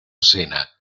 cena